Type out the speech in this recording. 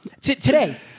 Today